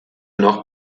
noch